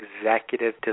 executive